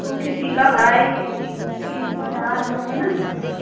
वह किसी का भाई किसी की जान वह है न मूवी